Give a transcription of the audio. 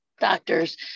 doctors